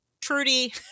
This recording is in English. trudy